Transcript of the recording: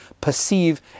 perceive